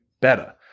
better